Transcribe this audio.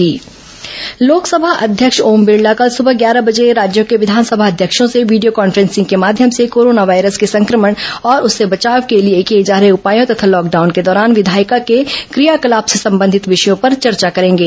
corona Lok Sabha अध्यक्ष बैठक लोकसभा अध्यक्ष ओम बिड़ला कल सुबह ग्यारह बजे राज्यों के विधानसभा अध्यक्षों से वीडियो कॉन्फ्रेंसिंग के माध्यम से कोरोना वायरस के संक्रमण और उससे बचाव के लिए किए जा रहे उपायों तथा लॉकडाउन के दौरान विधायिका के क्रियाकलाप से संबंधित विषयों पर चर्चा करेंगे